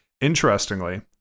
interestingly